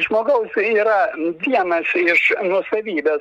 žmogaus yra vienas iš nuosavybės